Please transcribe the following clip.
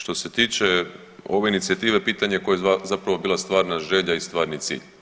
Što se tiče ove inicijative pitanje je koja je zapravo bila stvarna želja i stvarni cilj?